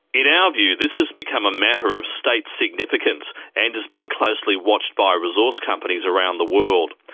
in our view, this has become a matter of state significance and is being closely watched by resource companies around the world.